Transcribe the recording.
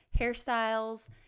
hairstyles